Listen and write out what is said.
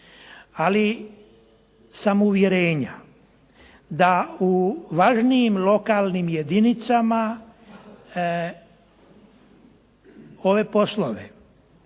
ali sam uvjerenja da u važnijim lokalnim jedinicama ove poslove